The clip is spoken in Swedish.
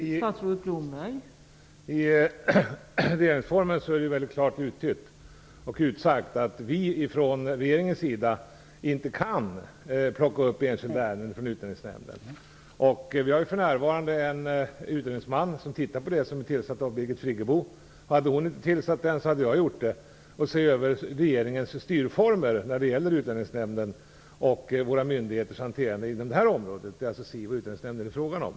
Fru talman! I regeringsformen är det klart utsagt att regeringen inte kan plocka upp enskilda ärenden från Utlänningsnämnden. För närvarande arbetar en utredningsman, som är tillsatt av Birgit Friggebo, med en översyn. Om hon inte hade tillsatt den utredningen så hade jag gjort det. Utredningsmannen ser över regeringens styrformer när det gäller Utlänningsnämnden och våra myndigheters hantering inom detta område. Det är alltså Invandrarverket och Utlänningsnämnden det är fråga om.